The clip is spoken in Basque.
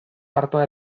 artoa